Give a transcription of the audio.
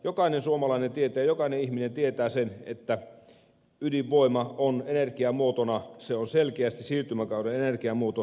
jokainen suomalainen tietää jokainen ihminen tietää sen että ydinvoima on energiamuotona selkeästi siirtymäkauden energiamuoto